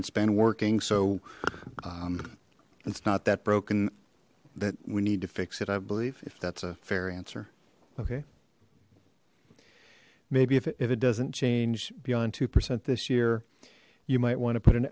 it's been working so it's not that broken that we need to fix it i believe if that's a fair answer okay maybe if it doesn't change beyond two percent this year you might want to put an